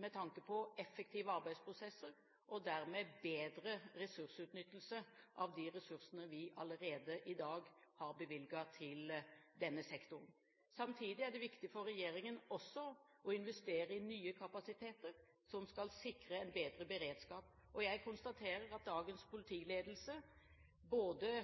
med tanke på effektive arbeidsprosesser og dermed bedre ressursutnyttelse av de ressursene vi allerede i dag har bevilget til denne sektoren. Samtidig er det viktig for regjeringen også å investere i nye kapasiteter som skal sikre bedre beredskap, og jeg konstaterer at dagens politiledelse understreker både